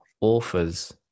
authors